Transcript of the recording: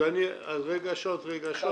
אז רגשות רגשות